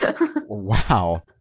Wow